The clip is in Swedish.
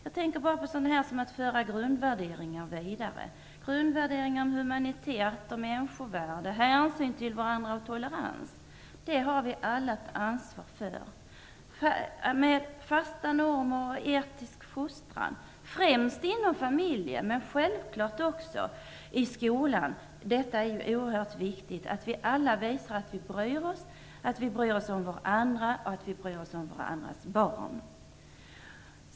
Att t.ex. föra vidare grundvärderingar om humanitet och människorvärde, hänsyn och tolerans har vi alla ansvar för. Fasta normer och etisk fostran främst inom familjen, men självklart också i skolan, är mycket viktigt. Det är viktigt att vi alla bryr oss, att vi bryr oss om varandra och varandras barn.